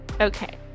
Okay